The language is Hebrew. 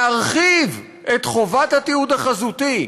להרחיב את חובת התיעוד החזותי,